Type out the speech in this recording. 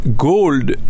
gold